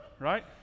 right